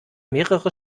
mehrere